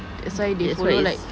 that's why they follow like